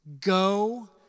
Go